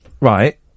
right